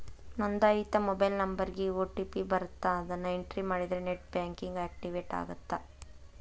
ನೋಂದಾಯಿತ ಮೊಬೈಲ್ ನಂಬರ್ಗಿ ಓ.ಟಿ.ಪಿ ಬರತ್ತ ಅದನ್ನ ಎಂಟ್ರಿ ಮಾಡಿದ್ರ ನೆಟ್ ಬ್ಯಾಂಕಿಂಗ್ ಆಕ್ಟಿವೇಟ್ ಆಗತ್ತ